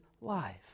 life